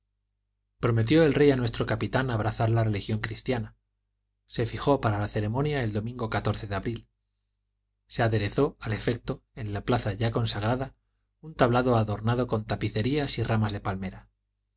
prometió el rey a nuestro capitán abrazar la religión cristiana se fíjó para la ceremonia el domingo de abril se aderezó al efecto en la plaza ya consagrada un tablado adornado con tapicerías y ramas de palmeras